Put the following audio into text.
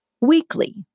weekly